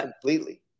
completely